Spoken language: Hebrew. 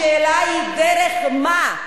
השאלה היא דרך מה.